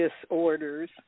disorders